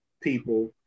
people